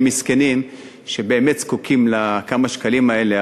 מסכנים שבאמת זקוקים לכמה השקלים האלה,